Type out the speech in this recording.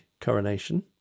coronation